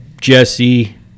Jesse